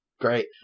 Great